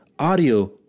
audio